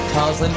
Cause